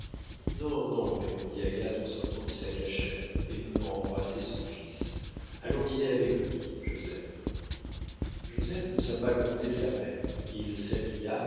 non non répondit agathe en sortant de sa cachette et venant embrasser son fils allons dîner avec lui joseph joseph n'osa pas gronder sa mère il s'habilla